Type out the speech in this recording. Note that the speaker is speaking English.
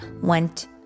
went